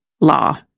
law